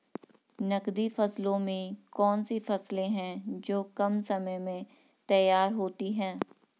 नकदी फसलों में कौन सी फसलें है जो कम समय में तैयार होती हैं?